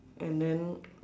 and then